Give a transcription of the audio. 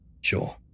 sure